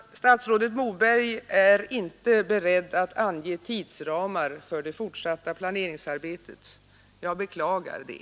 Statsrådet Moberg är inte beredd att ange tidsramar för det fortsatta planeringsarbetet. Jag beklagar det.